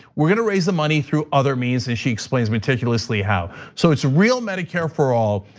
we're gonna raise the money through other means and she explains meticulously how. so it's a real medicare for all.